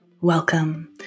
welcome